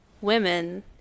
women